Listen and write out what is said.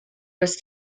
was